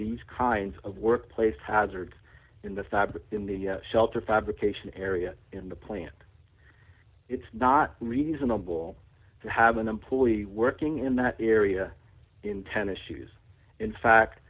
these kinds of workplace hazards in the fabric in the shelter fabrication area in the plant it's not reasonable to have an employee working in that area in ten issues in fact